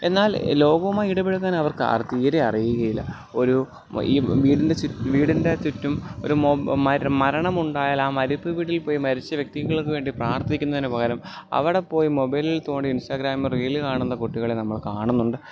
എന്നാൽ ലോകവുമായി ഇടപഴകാൻ അവർക്ക് തീരെ അറിയുകയില്ല ഒരു ഈ വീടിൻ്റെ വീടിൻ്റെ ചുറ്റും ഒരു മരണമുണ്ടായാൽ ആ മരിപ്പ് വീട്ടിൽ പോയി മരിച്ച വ്യക്തികൾക്ക് വേണ്ടി പ്രാർത്ഥിക്കുന്നതിന് പകരം അവിടെ പോയി മൊബൈലിൽ തോണ്ടി ഇൻസ്റ്റാഗ്രാമിൽ റീല് കാണുന്ന കുട്ടികളെ നമ്മൾ കാണുന്നുണ്ട്